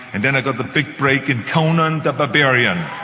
and then i got the big break in conan the barbarian.